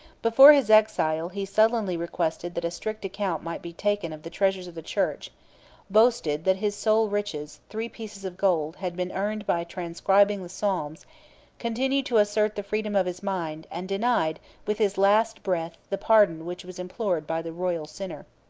before his exile, he sullenly requested that a strict account might be taken of the treasures of the church boasted, that his sole riches, three pieces of gold, had been earned by transcribing the psalms continued to assert the freedom of his mind and denied, with his last breath, the pardon which was implored by the royal sinner.